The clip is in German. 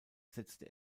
setzte